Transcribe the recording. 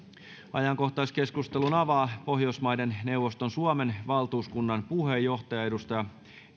ajankohtaiskeskustelun avaa pohjoismaiden neuvoston suomen valtuuskunnan puheenjohtaja edustaja